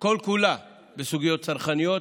כל-כולה בסוגיות צרכניות.